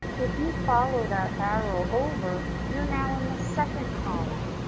if you follow that arrow over, you're now in the second column.